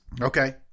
Okay